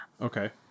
Okay